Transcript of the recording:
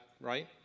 right